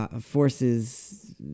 forces